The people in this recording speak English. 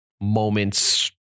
moments